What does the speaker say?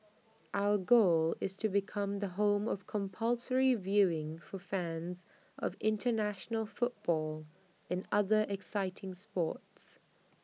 our goal is to become the home of compulsory viewing for fans of International football and other exciting sports